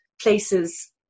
places